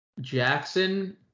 Jackson